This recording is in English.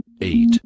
eight